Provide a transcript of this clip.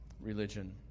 religion